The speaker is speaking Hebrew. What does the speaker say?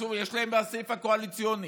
יש להם בסעיף הקואליציוני.